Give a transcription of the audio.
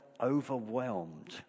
overwhelmed